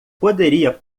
poderia